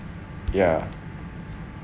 ya